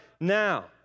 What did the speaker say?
now